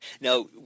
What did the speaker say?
Now